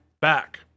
back